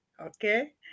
okay